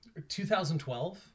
2012